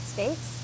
States